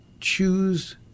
choose